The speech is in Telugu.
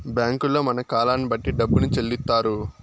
బ్యాంకుల్లో మన కాలాన్ని బట్టి డబ్బును చెల్లిత్తారు